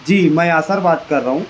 جی میں یاسر بات کر رہا ہوں